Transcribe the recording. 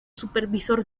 supervisor